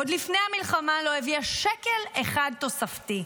עוד לפני המלחמה לא הביאה שקל אחד תוספתי.